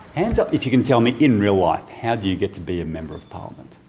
hands up if you can tell me in real life how do you get to be a member of parliament?